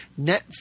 Netflix